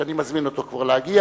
שאני מזמין אותו כבר להגיע,